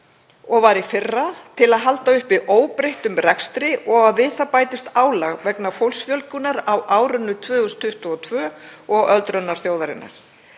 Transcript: og var í fyrra, til að halda uppi óbreyttum rekstri, og við það bætist álag vegna fólksfjölgunar á árinu 2022 og öldrunar þjóðarinnar.